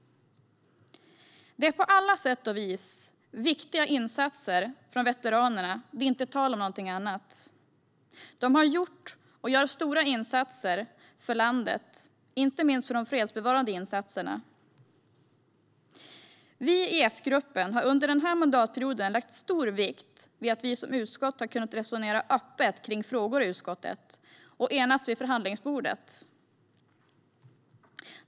Det är på alla sätt och vis viktiga insatser från veteranerna. Det är inte tal om något annat. De har gjort och gör stora insatser för landet, inte minst i de fredsbevarande insatserna. Vi i S-gruppen har under denna mandatperiod lagt stor vikt vid att vi som utskott har kunnat resonera öppet kring frågor i utskottet och enas vid förhandlingsbordet.